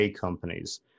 companies